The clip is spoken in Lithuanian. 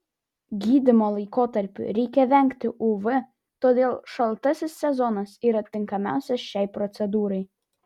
gydymo laikotarpiu reikia vengti uv todėl šaltasis sezonas yra tinkamiausias šiai procedūrai